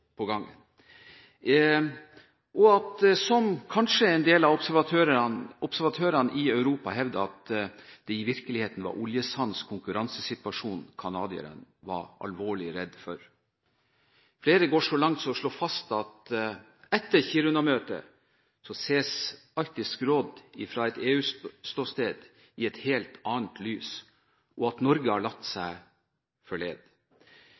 gangen. Kanskje var det i virkeligheten – som en del av observatørene i Europa hevdet – oljesandens konkurransesituasjon canadierne var alvorlig redd for. Flere går så langt som til å slå fast at Arktisk råd, etter Kiruna-møtet, ses på i et helt annet lys fra et EU-ståsted, og at Norge har latt seg